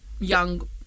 young